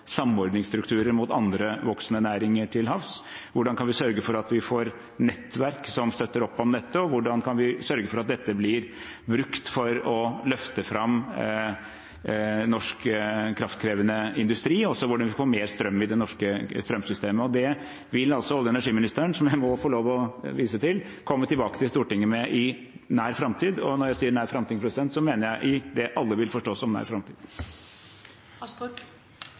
samordningsstrukturer mot andre voksende næringer til havs? Hvordan kan vi sørge for at vi får nettverk som støtter opp om dette? Hvordan kan vi sørge for at dette blir brukt for å løfte fram norsk kraftkrevende industri? Hvordan får vi mer strøm i det norske strømsystemet? Det vil altså olje- og energiministeren, som jeg må få lov til å vise til, komme tilbake til Stortinget med i nær framtid – og når jeg sier «nær framtid», så mener jeg i det alle vil forstå som